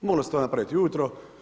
Moglo se to napraviti i ujutro.